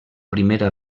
primera